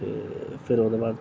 ते फिर ओह्दे बाद